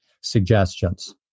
suggestions